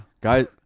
Guys